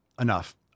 enough